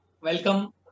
Welcome